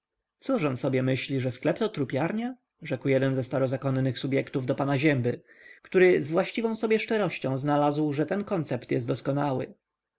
cóż on sobie myśli że sklep to trupiarnia rzekł jeden ze starozakonnych subjektów do pana zięby który z właściwą sobie szczerością znalazł że ten koncept jest doskonały